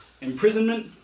Imprisonment